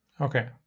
Okay